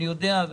אני יודע,